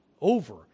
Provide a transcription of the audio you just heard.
Over